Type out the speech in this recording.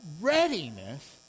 readiness